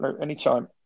anytime